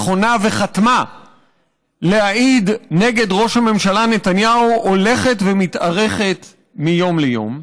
נכונה וחתמה להעיד נגד ראש הממשלה נתניהו הולכת ומתארכת מיום ליום,